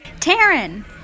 Taryn